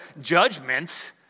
judgment